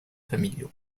familiaux